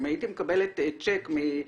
אם הייתי מקבלת צ'ק מתשובה,